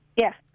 Yes